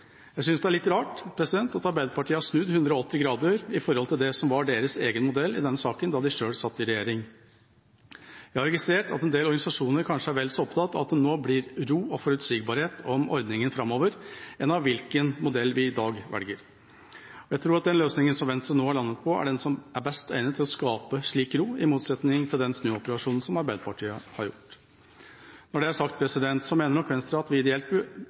Jeg synes det er litt rart at Arbeiderpartiet har snudd 180 grader i forhold til det som var deres egen modell i denne saken da de selv satt i regjering. Jeg har registrert at en del organisasjoner kanskje er vel så opptatt av at det nå blir ro og forutsigbarhet om ordningen framover, som av hvilken modell vi i dag velger. Jeg tror at den løsningen som Venstre nå har landet på, er den som er best egnet til å skape slik ro, i motsetning til den snuoperasjonen Arbeiderpartiet har foretatt. Når det er sagt, mener Venstre at vi ideelt burde sett på hele tippenøkkelmodellen på ny, da det